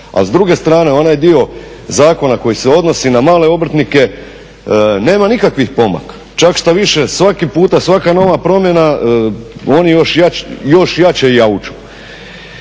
A s druge strane onaj dio zakona koji se odnosi na male obrtnike nema nikakvih pomaka, čak štoviše svaki puta svaka nova promjena oni još jače jauču.